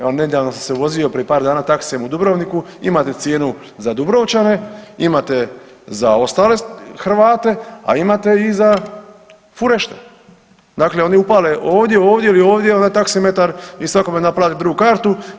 Evo nedavno sam se vozio prije par dana u Dubrovniku i imate cijenu za Dubrovčane, imate za ostale Hrvate, a imate i za furešte, dakle oni upale ovdje, ovdje ili ovdje onda taksimetar i svakome naplati drugu kartu.